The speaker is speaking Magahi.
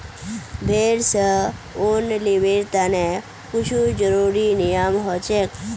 भेड़ स ऊन लीबिर तने कुछू ज़रुरी नियम हछेक